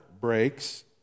breaks